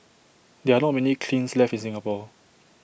there are not many kilns left in Singapore